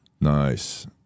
Nice